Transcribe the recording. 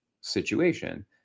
situation